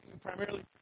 Primarily